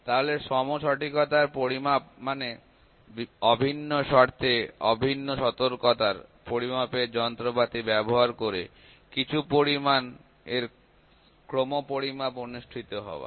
তাহলে সম সঠিকতার পরিমাপ মানে অভিন্ন শর্তে অভিন্ন সতর্কতার পরিমাপের যন্ত্রপাতি ব্যবহার করে কিছু পরিমাণ এর ক্রম পরিমাপ অনুষ্ঠিত হওয়া